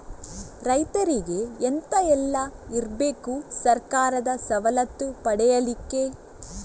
ರೈತರಿಗೆ ಎಂತ ಎಲ್ಲ ಇರ್ಬೇಕು ಸರ್ಕಾರದ ಸವಲತ್ತು ಪಡೆಯಲಿಕ್ಕೆ?